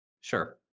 sure